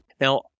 now